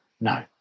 no